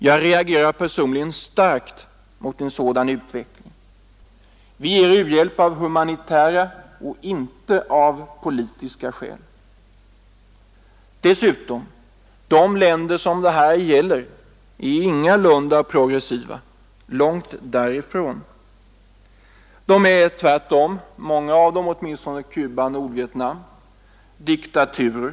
Jag reagerar personligen starkt mot en sådan utveckling. Vi ger u-hjälp av humanitära och inte av politiska skäl. Dessutom är de länder som det här gäller i realiteten ingalunda ”progressiva”. Tvärtom är åtminstone några av dem, t.ex. Cuba och Nordvietnam, diktaturer.